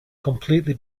completely